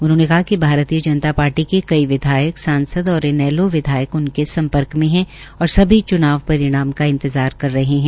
उन्होंने कहा कि भारतीय जनता पार्टी के कई विधायक सांसद और इनैलो विधायक उनके सम्पर्क में है और सभी च्नाव परिणाम का इंतजार कर रहे है